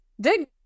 dig